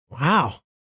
Wow